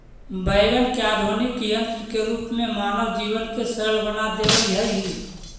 wagon ने आधुनिक यन्त्र के रूप में मानव जीवन के सरल बना देवऽ हई